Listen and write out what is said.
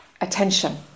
attention